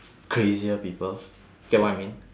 crazier people get what I mean